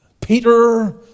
Peter